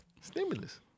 Stimulus